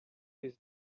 this